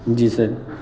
جی سر